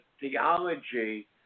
theology